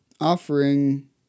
offering